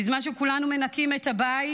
בזמן שכולנו מנקים את הבית,